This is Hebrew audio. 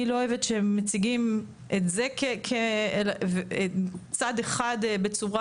אני לא אוהבת שמציגים את זה כצד אחד בצורה